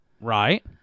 Right